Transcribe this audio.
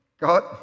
God